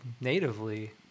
natively